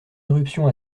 éruptions